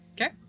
Okay